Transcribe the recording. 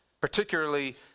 particularly